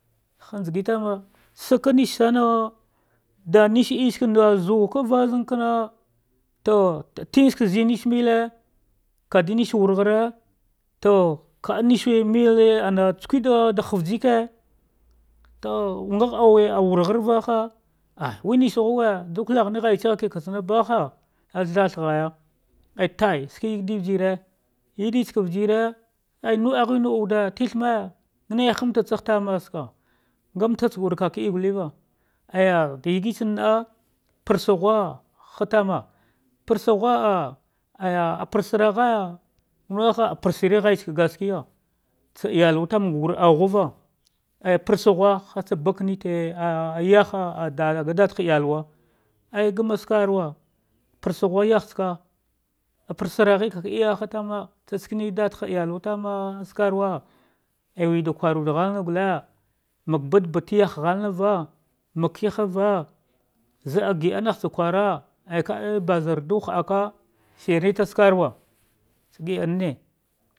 Hangagitana saga nesanu, da nesel zukwa zankan na to ingbkazuw nesmete, kada neswurghare to ka'ab neshin mate juwa da havjinki to ngagh auwe wurgharvaha we neshuwe juw kalnel ghavaka ngne baha azzal thaghaya tai thaka yadivjine yaditsa bjire a'e luɗtine lu'ab wude tithne naiha mata tsagh tana, njamta wude kakka'e juleva aja deyi tsana nah parasghu hatana, parasaghu ah aya ah parasgha ghaya manawe ha, apaseka ghatsa ganaga tsa ayalwatana ngurtsa aughava cija sasaghu tsa bakanete ah degh yaha iyah wa et gane skaka ruwa parsaghu yatilsaka apar ragha kaka ie ha, tsa skane dadaha iyawa tan starwa we da kwarmanda halna gute, maka badabe ta yah ngalnav maka kihava za'ah gidanatsa kwara ka bazardu haɗaka shinea skarwa tsa giɗanne.